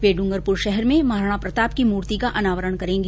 वे डूंगरपुर शहर में महाराणा प्रताप की मूर्ति का अनावरण करेंगी